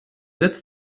sitz